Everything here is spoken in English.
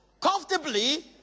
comfortably